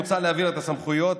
מוצע להעביר את הסמכויות,